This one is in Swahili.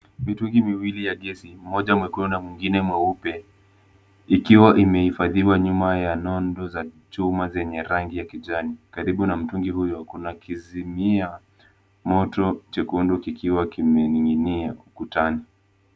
Mitungi miwili ya gesi, moja mwekundu na mwingine mweupe, ikiwa imehifadhiwa nyuma ya nondo za chuma zenye rangi ya kijani, karibu na mtungi huyo kuna kizimia moto chekundu kikiwa kimening'inia ukutani.